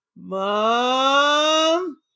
Mom